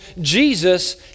Jesus